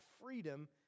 freedom